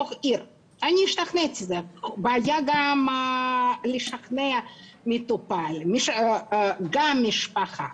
יש בעיה גם לשכנע את המטופל וגם את המשפחה,